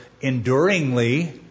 enduringly